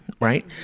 right